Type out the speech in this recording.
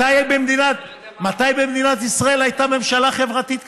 מתי במדינת ישראל הייתה ממשלה חברתית כזאת?